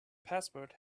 password